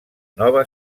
nova